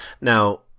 Now